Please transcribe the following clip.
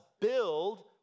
build